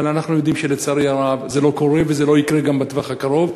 אבל אנחנו יודעים שלצערנו הרב זה לא קורה וזה לא יקרה גם בטווח הקרוב,